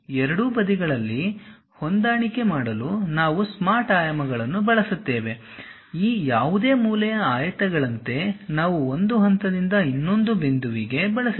ಎರಡೂ ಬದಿಗಳಲ್ಲಿ ಹೊಂದಾಣಿಕೆ ಮಾಡಲು ನಾವು ಸ್ಮಾರ್ಟ್ ಆಯಾಮಗಳನ್ನು ಬಳಸುತ್ತೇವೆ ಈ ಯಾವುದೇ ಮೂಲೆಯ ಆಯತಗಳಂತೆ ನಾವು ಒಂದು ಹಂತದಿಂದ ಇನ್ನೊಂದು ಬಿಂದುವಿಗೆ ಬಳಸುತ್ತೇವೆ